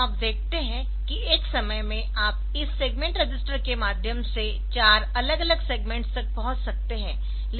तो आप देखते है कि एक समय में आप इस सेगमेंट रजिस्टर के माध्यम से चार अलग अलग सेग्मेंट्स तक पहुंच सकते है